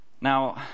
Now